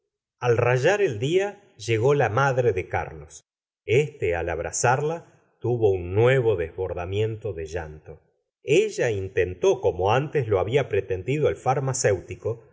al rayar el día llegó la madre de carlos éste al abrazarla tuvo un nuevo desbordamiento de llanto ella intentó como antes lo había pretendido el farmacéutico